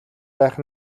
байх